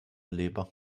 leber